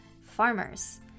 farmers